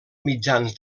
mitjans